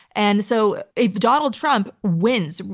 and so if donald trump wins,